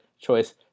choice